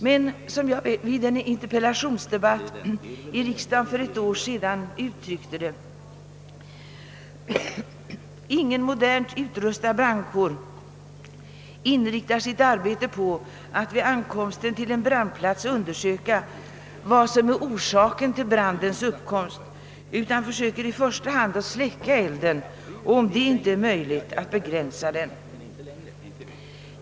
Men som jag vid en interpellationsdebatt i riksdagen för ett år sedan uttryckte det: Ingen modernt utrustad brandkår inriktar sitt arbete på att vid ankomsten till en brandplats undersöka vad som är orsaken till brandens uppkomst, utan den försöker i första hand att släcka elden och, om det inte är möjligt, att begränsa den.